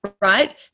right